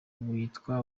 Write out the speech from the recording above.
witwa